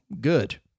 good